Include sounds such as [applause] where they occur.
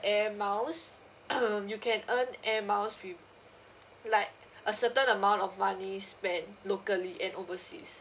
air miles [coughs] um you can earn air miles with like a certain amount of money spend locally and overseas